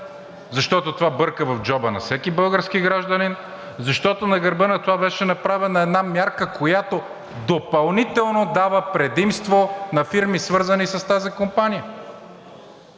защото това бърка в джоба на всеки български гражданин, защото на гърба на това беше направена една мярка, която допълнително дава предимство на фирми, свързани с тази компания!